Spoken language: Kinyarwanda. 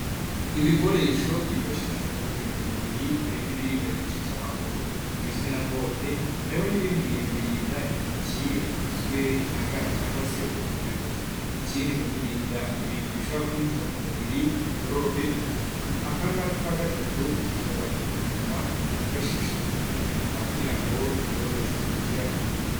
Ibikoresho byifashishwa mu kurinda umubiri, harimo ibinda igice cy'amaguru igizwe na bote, hariho n'ibindi bintu birinda intoki bigizwe na ga cyangwa se uturindantoki. Ikindi mu kurinda ibintu bishobora kwinjira mu mubiri nka mikorobe, akangaka ka gatatu kitwa gapfukamunwa, kifashishwa mu gupfuka umunwa kugira ngo mikorobe zitinjira mu mubiri.